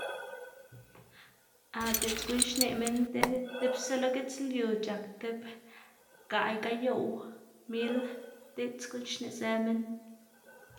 di'dz xneꞌ minn diꞌl idibsa lo gitsluuy c̲h̲ak tib gaꞌy gayoꞌw mil diꞌdz guꞌn xneꞌzë minn.